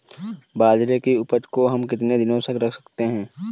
बाजरे की उपज को हम कितने दिनों तक रख सकते हैं?